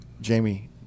Jamie